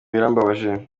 birambabaje